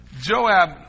Joab